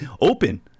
open